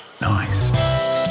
Nice